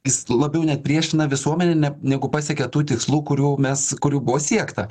jis labiau net priešina visuomenę ne negu pasiekia tų tikslų kurių mes kurių buvo siekta